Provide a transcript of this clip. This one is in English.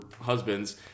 husbands